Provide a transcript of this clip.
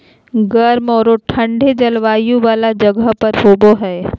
गर्म औरो ठन्डे जलवायु वाला जगह पर हबैय हइ